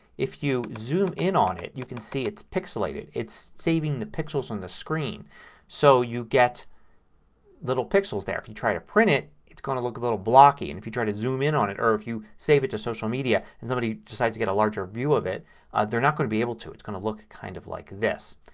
if you zoom in on it you can see it's pixelated. it's saving the pixels on the screen so you get little pixels there. if you try to print it is going to look a little blocky. and if you try to zoom in on it or if you save it to social media and somebody decides to get a larger view of it they're not going to be able to. it's going to look kind of like this.